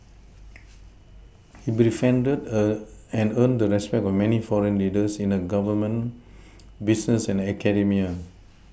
he befriended a and earned the respect of many foreign leaders in the Government business and academia